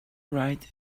right